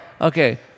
Okay